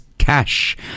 Cash